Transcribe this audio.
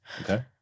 Okay